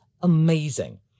amazing